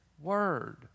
word